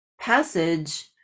passage